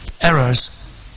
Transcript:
Errors